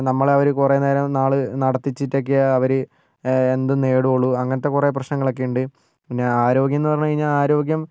നമ്മളെ അവർ കുറേ നേരം നാൾ നടത്തിച്ചിട്ടൊക്കെയാണ് അവർ എന്തും നേടുള്ളൂ അങ്ങനത്തെ കുറേ പ്രശ്നങ്ങളൊക്കെയുണ്ട് പിന്നെ ആരോഗ്യം എന്ന് പറഞ്ഞുകഴിഞ്ഞാൽ ആരോഗ്യം